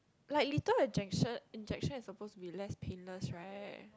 like lethal injection injection is supposed to be less painless right